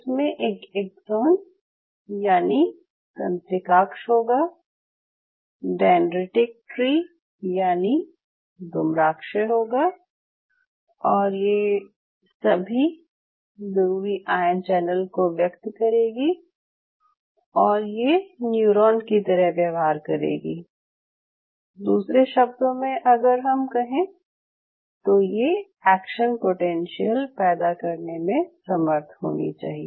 इसमें एक एक्सॉन यानि तंत्रिकाक्ष होगा डेनड्रिटिक ट्री यानि दुम्राक्ष्य होगा और ये सभी ज़रूरी आयन चैनल को व्यक्त करेगीऔर ये न्यूरॉन की तरह व्यहवार करेगी दूसरे शब्दों में अगर हम कहें तो ये एक्शन पोटेंशियल पैदा करने में समर्थ होनी चाहिए